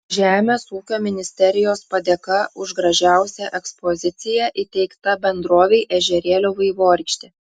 žemės ūkio ministerijos padėka už gražiausią ekspoziciją įteikta bendrovei ežerėlio vaivorykštė